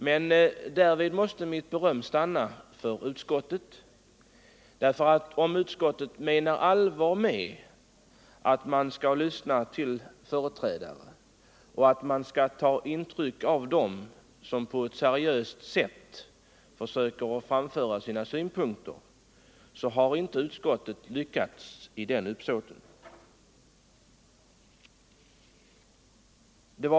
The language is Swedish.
Men därmed måste mitt beröm till utskottet stanna, ty om utskottet menar allvar med att man skall lyssna på företrädare som på ett seriöst sätt försöker framföra sina synpunkter och skall ta intryck av dem, har inte utskottet lyckats i det uppsåtet.